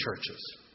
churches